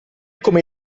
come